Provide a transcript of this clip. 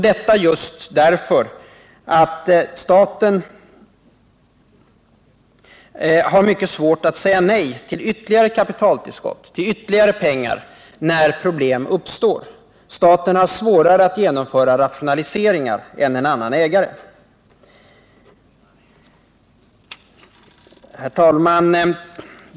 Detta just därför att staten har mycket svårt att säga nej till ytterligare kapitaltillskott, till mer pengar när problem uppstår. Staten har svårare att genomföra rationaliseringar än en annan ägare. Herr talman!